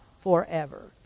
forever